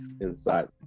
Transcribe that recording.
inside